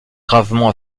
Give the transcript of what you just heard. gravement